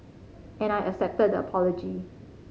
and I accepted the apology